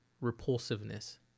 repulsiveness